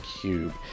cube